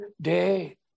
day